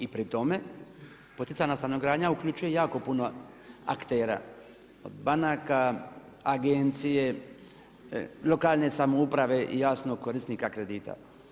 I pri tome poticajna stanogradnja uključuje jako puno aktera od banaka, agencije, lokalne samouprave i jasno korisnika kredita.